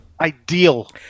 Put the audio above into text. ideal